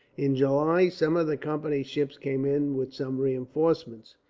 in july, some of the company's ships came in with some reinforcements.